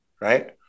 right